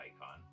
icon